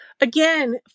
again